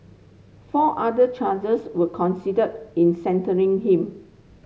four other charges were considered in sentencing him